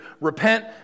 Repent